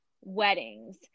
weddings